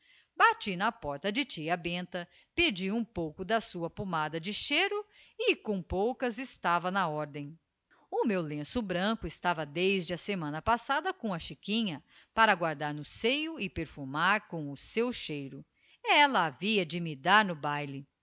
bati na porta de tia benta pedi um pouco da sua pommada de cheiro e com poucas estava na ordem o meu lenço branco estava desde a semana passada coma chiquinha para guardar no seio e perfumar com o seu cheiro ella havia de me dar no baile